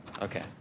Okay